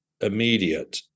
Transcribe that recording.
immediate